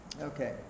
Okay